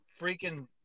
freaking –